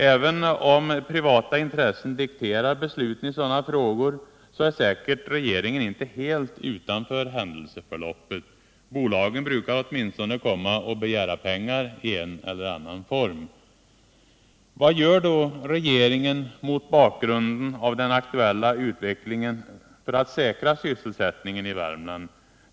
Även om privata intressen dikterar besluten i sådana frågor är säkert regeringen inte helt utanför händelseförloppet. Bolagen brukar åtminstone komma och begära pengar i en eller annan form. Vad gör då regeringen mot bakgrund av den aktuella utvecklingen för att säkra sysselsättningen i Värmland?